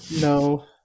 No